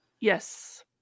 Yes